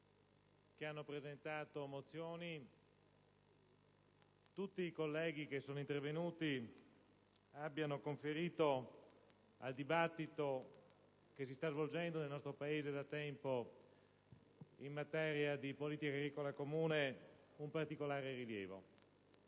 che hanno presentato mozioni e tutti i colleghi intervenuti oggi abbiano conferito al dibattito che da tempo si sta svolgendo nel nostro Paese in materia di politica agricola comune un particolare rilievo.